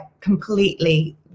completely